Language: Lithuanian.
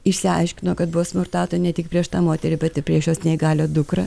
išsiaiškino kad buvo smurtauta ne tik prieš tą moterį bet ir prieš jos neįgalią dukrą